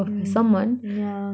mm yeah